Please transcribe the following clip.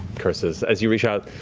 curses. as you reach out,